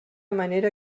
manera